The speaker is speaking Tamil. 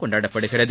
கொண்டாடப்படுகிறது